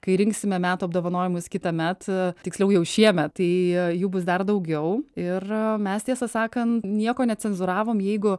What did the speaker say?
kai rinksime metų apdovanojimus kitąmet tiksliau jau šiemet tai jų bus dar daugiau ir mes tiesą sakant nieko necenzūravom jeigu